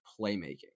playmaking